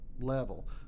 level